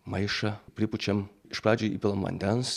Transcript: maišą pripučiam iš pradžių įpilam vandens